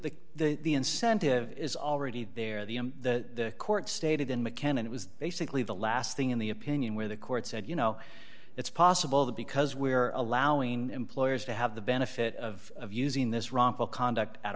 the the incentive is already there the i'm the court stated in mccann and it was basically the last thing in the opinion where the court said you know it's possible that because we are allowing employers to have the benefit of using this wrongful conduct at